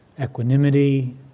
equanimity